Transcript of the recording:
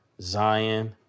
Zion